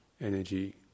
energy